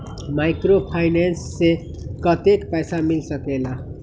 Microfinance से कतेक पैसा मिल सकले ला?